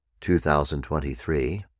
2023